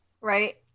right